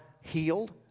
healed